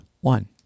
one